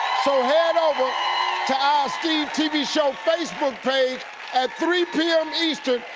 so head over to our steve tv show facebook page at three pm eastern,